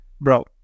bro